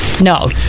No